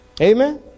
Amen